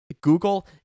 Google